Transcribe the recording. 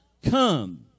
Come